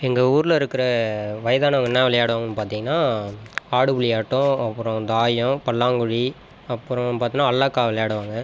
எங்கள் ஊரில் இருக்கிற வயதானவங்கள் என்ன விளையாடுவாங்கன்னு பார்த்தீங்கன்னா ஆடுபுலி ஆட்டம் அப்புறம் தாயம் பல்லாங்குழி அப்புறம் பார்த்தோம்னா அல்லாக்கா விளையாடுவாங்கள்